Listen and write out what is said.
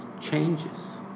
changes